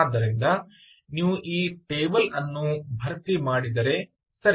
ಆದ್ದರಿಂದ ನೀವು ಈ ಟೇಬಲ್ ಅನ್ನು ಭರ್ತಿ ಮಾಡಿದರೆ ಸರಿ